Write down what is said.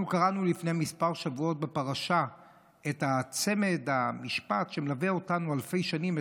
אנחנו קראנו לפני כמה שבועות בפרשה את המשפט שמלווה אותנו אלפי שנים,